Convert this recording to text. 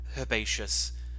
herbaceous